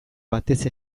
batez